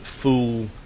fool